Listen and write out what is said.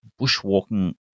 Bushwalking